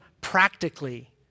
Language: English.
practically